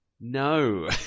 no